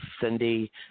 Cindy